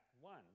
one